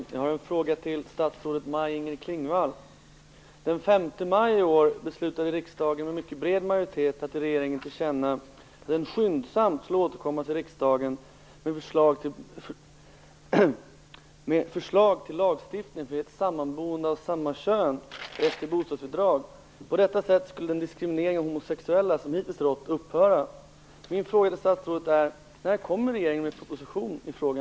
Fru talman! Jag har en fråga till statsrådet Maj Den 5 maj i år beslutade riksdagen med mycket bred majoritet ge regeringen till känna att den skyndsamt skulle återkomma till riksdagen med förslag till lagstiftning för sammanboende av samma kön som söker bostadsbidrag. På detta sätt skulle den diskriminering av homosexuella som hittills rått upphöra.